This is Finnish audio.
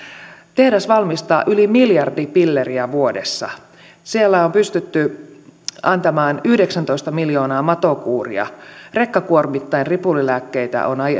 tehdas valmistaa yli miljardi pilleriä vuodessa siellä on pystytty antamaan yhdeksäntoista miljoonaa matokuuria rekkakuormittain ripulilääkkeitä on